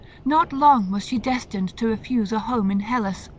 not long was she destined to refuse a home in hellas.